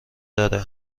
آره